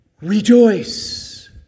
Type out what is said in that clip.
rejoice